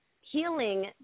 healing